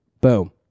Boom